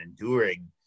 enduring